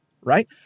right